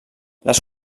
les